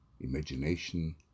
Imagination